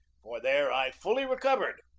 for there i fully recovered,